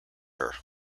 her